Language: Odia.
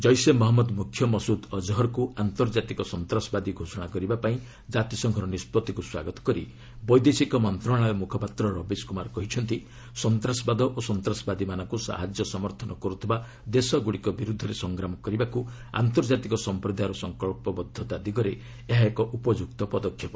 ଜୈସେ ମହମ୍ମଦ ମୁଖ୍ୟ ମସୁଦ ଅଜହରକୁ ଆର୍ଡ୍ତକାତିକ ସନ୍ତାସବାଦୀ ଘୋଷଣା କରିବା ପାଇଁ ଜାତିସଂଘର ନିଷ୍କଭିକୁ ସ୍ୱାଗତ କରି ବୈଦେଶିକ ମନ୍ତ୍ରଣାଳୟ ମୁଖପାତ୍ର ରବିଶ କୁମାର କହିଛନ୍ତି ସନ୍ତାସବାଦ ଓ ସନ୍ତାସବାଦୀମାନଙ୍କୁ ସାହାଯ୍ୟ ସମର୍ଥନ କରୁଥିବା ଦେଶଗୁଡ଼ିକ ବିରୁଦ୍ଧରେ ସଂଗ୍ରାମ କରିବାକୁ ଆନ୍ତର୍ଜାତିକ ସଂପ୍ରଦାୟର ସଂକ୍ରବ୍ରବଦ୍ଧତା ଦିଗରେ ଏହା ଏକ ଉପଯୁକ୍ତ ପଦକ୍ଷେପ